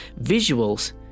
visuals